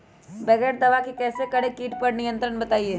बगैर दवा के कैसे करें कीट पर नियंत्रण बताइए?